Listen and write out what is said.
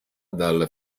dal